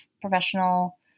professional